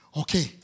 Okay